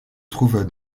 trouve